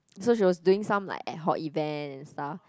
so she was doing some like ad-hoc event and stuff